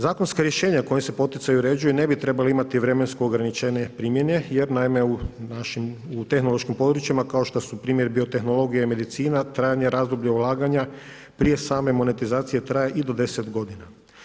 Zakonska rješenja kojim se poticaji uređuju ne bi trebala imati vremensko ograničenje primjene jer naime u našim, u tehnološkim područjima kao što su primjer biotehnologija i medicina, trajanje razdoblja ulaganja prije same monetizacije traje i do 10 godina.